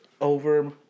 Over